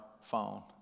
phone